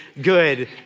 good